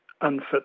unfit